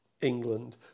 England